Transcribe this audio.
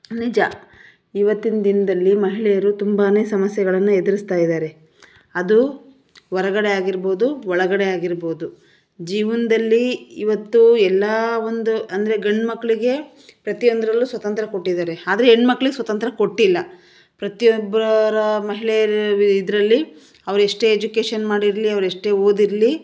ನಿಜ ಇವತ್ತಿನ ದಿನದಲ್ಲಿ ಮಹಿಳೆಯರು ತುಂಬಾ ಸಮಸ್ಯೆಗಳನ್ನು ಎದುರಿಸ್ತಾಯಿದಾರೆ ಅದು ಹೊರ್ಗಡೆ ಆಗಿರ್ಬೋದು ಒಳಗಡೆ ಆಗಿರ್ಬೋದು ಜೀವನದಲ್ಲಿ ಇವತ್ತು ಎಲ್ಲ ಒಂದು ಅಂದರೆ ಗಂಡುಮಕ್ಳಿಗೆ ಪ್ರತಿಯೊಂದರಲ್ಲೂ ಸ್ವಾತಂತ್ರ್ಯ ಕೊಟ್ಟಿದ್ದಾರೆ ಆದರೆ ಹೆಣ್ಮಕ್ಳಿಗ್ ಸ್ವಾತಂತ್ರ್ಯ ಕೊಟ್ಟಿಲ್ಲ ಪ್ರತಿಯೊಬ್ಬರ ಮಹಿಳೆಯರ ಇದರಲ್ಲಿ ಅವ್ರು ಎಷ್ಟೇ ಎಜುಕೇಶನ್ ಮಾಡಿರಲಿ ಅವ್ರು ಎಷ್ಟೇ ಓದಿರಲಿ